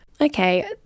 Okay